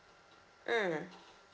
mm